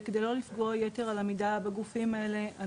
וכדי לא לפגוע יתר על המידה בגופים האלה,